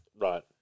Right